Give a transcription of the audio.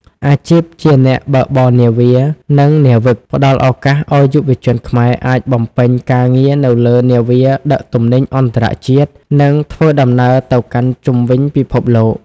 អាជីពជាអ្នកបើកបរនាវា និងនាវិក ផ្តល់ឱកាសឱ្យយុវជនខ្មែរអាចបំពេញការងារនៅលើនាវាដឹកទំនិញអន្តរជាតិ និងធ្វើដំណើរទៅកាន់ជុំវិញពិភពលោក។